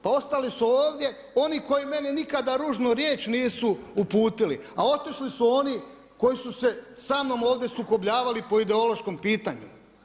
Pa ostali su ovdje oni koji meni nikada ružnu riječ nisu uputili a otišli su oni koji su se ovdje sa mnom sukobljavali po ideološkom pitanju.